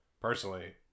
personally